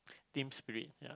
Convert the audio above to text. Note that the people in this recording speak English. team spirit ya